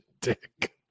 dick